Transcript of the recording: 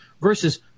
versus